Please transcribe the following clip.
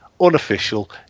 Unofficial